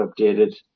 updated